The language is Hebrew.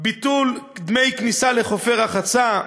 ביטול דמי כניסה לחופי רחצה,